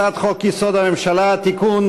הצעת חוק-יסוד: הממשלה (תיקון,